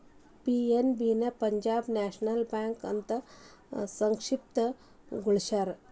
PNB ನ Punjab National Bank ಅಂತ ಸಂಕ್ಷಿಪ್ತ ಗೊಳಸ್ಯಾರ